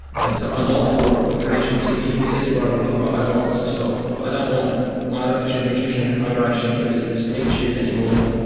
and so on multiple occasions he he said to brightwater, look, ah i um want this to stop, i don't want my artificial nutrition and hydration through this this peg tube anymore.